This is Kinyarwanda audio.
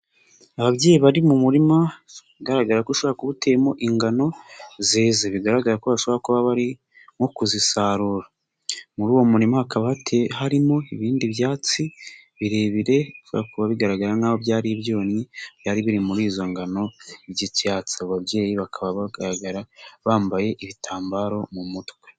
Ababyeyi bari mu murima ugaragara ko ushobora kuba uteyemo ingano zeze bigaragara ko bashobora kuba bari nko kuzisarura, muri uwo murima haba harimo ibindi byatsi birebireba bigaragara nkaho byari ibyonnyi byari biri muri izo ngano by'icyatsi, ababyeyi bakaba bagaragara bambaye ibitambaro mu mutwe.